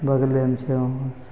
बगलेमे छै वहाँसे